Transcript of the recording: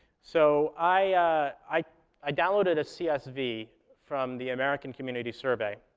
so i i downloaded a csv from the american community survey,